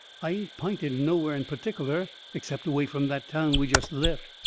i ain't pinted nowhere in pertic'ler except away from that town we just left.